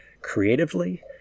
creatively